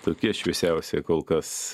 tokie šviesiausi kol kas